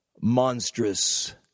monstrous